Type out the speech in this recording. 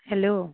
hello